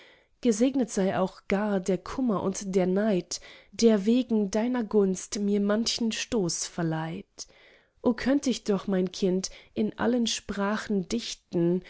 gesegnet sei auch gar der kummer und der neid der wegen deiner gunst mir manchen stoß verleiht o könnt ich doch mein kind in allen sprachen dichten